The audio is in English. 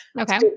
Okay